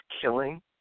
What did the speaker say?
killing